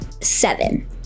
seven